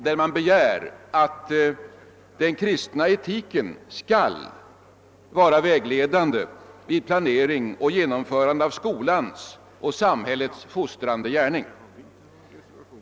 De begär att den kristna etiken skall vara vägledande vid planering och genomförande av skolans och samhällets fostrande gärning.